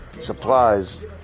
supplies